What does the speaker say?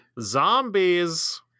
Zombies